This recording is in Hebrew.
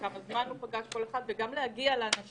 החפיפה בין החקירות האנושיות לאיתורים של השירות היא בקושי 1,500 אנשים,